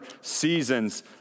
seasons